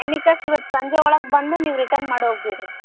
any cost ಇವತ್ತು ಸಂಜೆ ಒಳಗೆ ಬಂದು ನೀವು ರಿಟರ್ನ್ ಮಾಡಿ ಹೋಗಿಬಿಡ್ರಿ